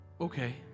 okay